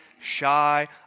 shy